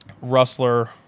rustler